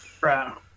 Right